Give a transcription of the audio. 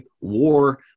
war